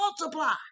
multiply